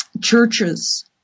churches